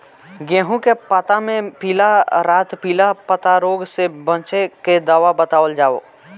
गेहूँ के पता मे पिला रातपिला पतारोग से बचें के दवा बतावल जाव?